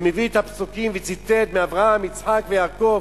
והביא את הפסוקים וציטט מאברהם, יצחק ויעקב,